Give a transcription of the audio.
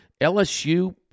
LSU